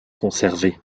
conservés